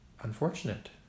unfortunate